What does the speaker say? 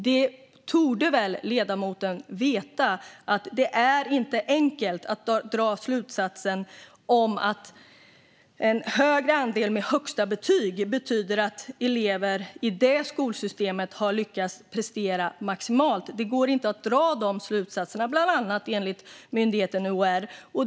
Ledamoten torde veta att det inte är enkelt att dra slutsatsen att en högre andel med högsta betyg betyder att elever i det skolsystemet har presterat maximalt. Det går inte att dra sådana slutsatser, bland annat enligt myndigheten UHR.